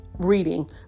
reading